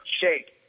shake